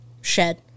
shed